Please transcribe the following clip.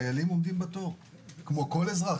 עומדים בתור כמו כל אזרח.